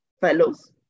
fellows